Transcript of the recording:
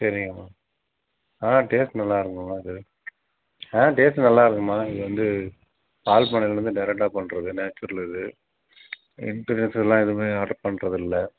சரிங்கம்மா ஆ டேஸ்ட் நல்லாருங்கம்மா இது ஆ டேஸ்ட்டு நல்லாருக்கும்மா இது வந்து பால் பண்ணையிலேருந்து டைரெக்டாக பண்ணுறது நேச்சுரல் இது இன்டர்னேஷல்லேர்ந்தெல்லாம் எதுவுமே ஆர்டர் பண்றதில்லை